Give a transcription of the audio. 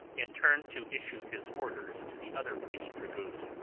and turned to issue his orders to the other waiting troopers.